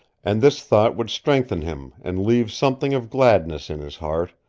and this thought would strengthen him and leave something of gladness in his heart,